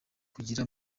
kugira